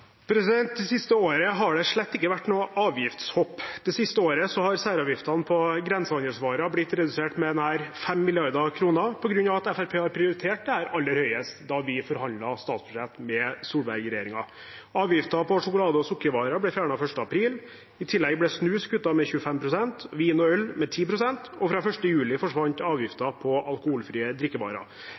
Det siste året har det slett ikke vært noen avgiftshopp. Det siste året har særavgiftene på grensehandelsvarer blitt redusert med nær 5 mrd. kr på grunn av at Fremskrittspartiet prioriterte dette aller høyest da vi forhandlet statsbudsjett med Solberg-regjeringen. Avgiften på sjokolade og sukkervarer ble fjernet 1. april. I tillegg ble avgiften på snus kuttet med 25 pst., vin og øl med 10 pst., og fra 1. juli forsvant avgiften på alkoholfrie drikkevarer.